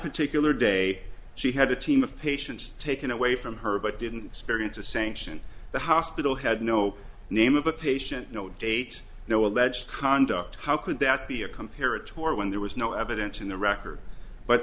particular day she had a team of patients taken away from her but didn't experience a sanction the hospital had no name of a patient no date no alleged conduct how could that be a comparative or when there was no evidence in the record but